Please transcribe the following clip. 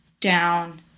down